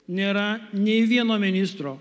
nėra nei vieno ministro